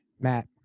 Matt